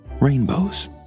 rainbows